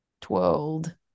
twirled